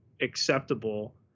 acceptable